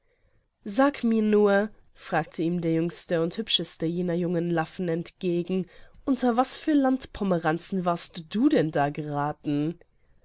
sag mir nur fragte ihm der jüngste und hübscheste jener jungen laffen entgegen unter was für land pomeranzen warst du denn da gerathen